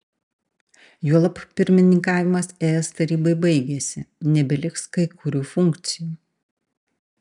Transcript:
juolab pirmininkavimas es tarybai baigėsi nebeliks kai kurių funkcijų